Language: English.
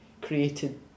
created